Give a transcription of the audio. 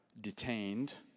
detained